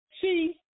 see